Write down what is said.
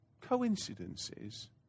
coincidences